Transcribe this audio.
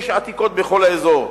יש עתיקות בכל האזור,